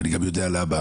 ואני גם יודע למה.